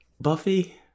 Buffy